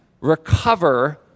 recover